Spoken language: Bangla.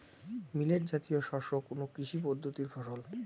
মিলেট জাতীয় শস্য কোন কৃষি পদ্ধতির ফসল?